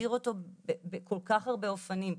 להסביר אותו בכל כך הרבה אופנים,